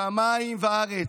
שמיים וארץ.